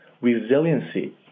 resiliency